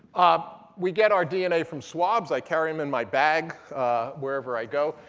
ah we get our dna from swabs. i carry them in my bag wherever i go.